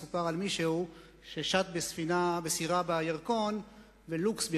מסופר על מישהו ששט בסירה בירקון ולוקס בידו,